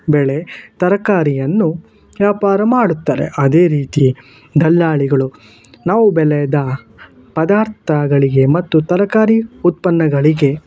ಬೆಳೆ ತರಕಾರಿಯನ್ನು ವ್ಯಾಪಾರ ಮಾಡುತ್ತಾರೆ ಅದೇ ರೀತಿ ದಲ್ಲಾಳಿಗಳು ನಾವು ಬೆಳೆದ ಪದಾರ್ಥಗಳಿಗೆ ಮತ್ತು ತರಕಾರಿ ಉತ್ಪನ್ನಗಳಿಗೆ